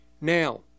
Now